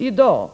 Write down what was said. I dag,